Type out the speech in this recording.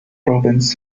province